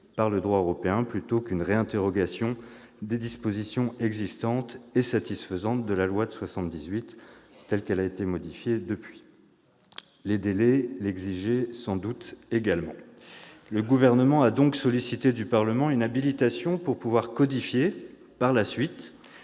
par le droit européen, plutôt qu'à une remise en question des dispositions existantes et satisfaisantes de la loi de 1978, telle que modifiée. Les délais l'exigeaient sans doute également. Le Gouvernement a donc sollicité du Parlement une habilitation pour codifier par la suite